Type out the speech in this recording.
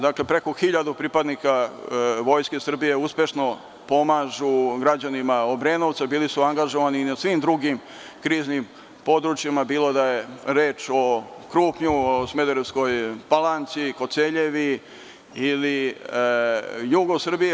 Dakle, preko 1.000 pripadnika Vojske Srbije uspešno pomažu građanima Obrenovca, bili su angažovani na svim drugim kriznim područjima, bilo da je reč o Krupnju, o Smederevskoj Palanci, Koceljevi ili jugu Srbije.